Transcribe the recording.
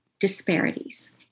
Disparities